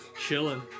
chilling